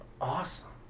Awesome